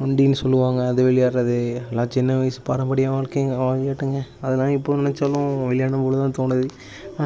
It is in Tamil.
நொண்டின்னு சொல்லுவாங்க அது விளையாடுறது அது எல்லாம் சின்ன வயசு பாரம்பரிய வாழ்க்கை விளையாட்டுங்க அது எல்லாம் இப்போ நினச்சாலும் விளையாடணும் போல தான் தோணுது